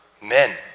men